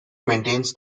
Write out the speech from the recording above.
maintains